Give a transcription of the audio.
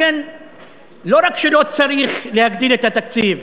לכן לא רק שלא צריך להגדיל את התקציב,